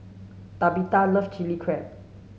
Tabitha loves chilli crab